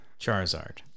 Charizard